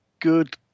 good